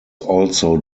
also